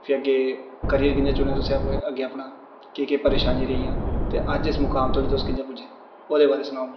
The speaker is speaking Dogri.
फिर अग्गै करियर कि'यां चुनेआ तुसें अग्गै अपना केह् केह् परेशानियां रेहियां ते अज्ज इस मुकाम तोड़ी तुस कि'यां पुज्जे ओह्दे बारै सनाओ मिगी